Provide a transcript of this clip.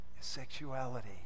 Sexuality